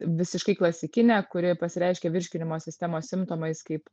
visiškai klasikinė kuri pasireiškia virškinimo sistemos simptomais kaip